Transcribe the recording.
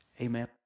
Amen